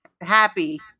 happy